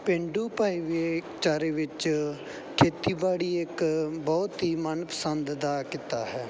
ਪੇਂਡੂ ਭਾਈਚਾਰੇ ਵਿੱਚ ਖੇਤੀਬਾੜੀ ਇੱਕ ਬਹੁਤ ਹੀ ਮਨ ਪਸੰਦ ਦਾ ਕਿੱਤਾ ਹੈ